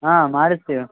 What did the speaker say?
ಹಾಂ ಮಾಡಸ್ತಿವಿ